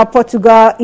Portugal